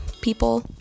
people